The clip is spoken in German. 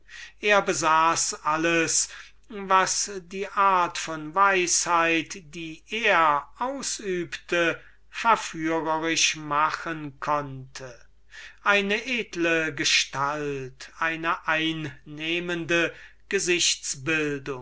er hatte alles was die art von weisheit die er ausübte verführisch machen konnte eine edle gestalt eine einnehmende